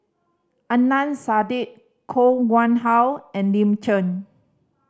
Adnan Saidi Koh Nguang How and Lin Chen